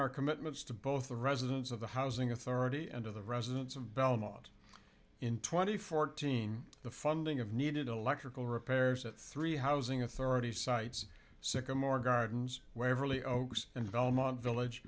our commitments to both the residents of the housing authority and to the residents of belmont in twenty fourteen the funding of needed electrical repairs at three housing authority sites sycamore gardens w